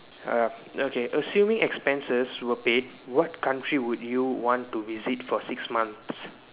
uh okay assuming expenses were paid what country would you want to visit for six months